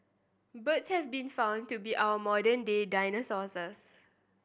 birds have been found to be our modern day dinosaurs